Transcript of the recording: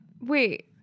Wait